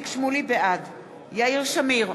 בעד יאיר שמיר,